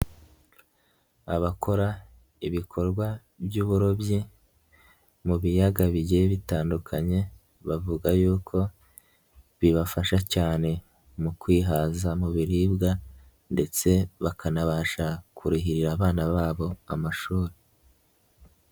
Abakora ibikorwa by'uburobyi mu biyaga bigiye bitandukanye, bavuga y'uko bibafasha cyane mu kwihaza mu biribwa ndetse bakanabasha kurihira abana babo amashuri.